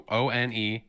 one